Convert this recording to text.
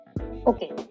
Okay